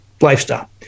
lifestyle